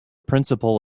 principle